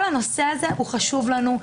כל הנושא הזה הוא חשוב לנו.